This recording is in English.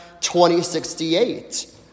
2068